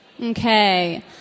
Okay